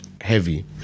heavy